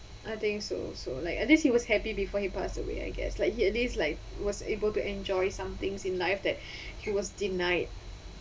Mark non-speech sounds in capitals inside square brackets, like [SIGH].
I think so so like at least he was happy before he pass away I guess like he at least like was able to enjoy some things in life that [BREATH] he was denied